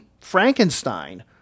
Frankenstein –